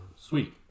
sweet